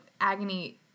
agony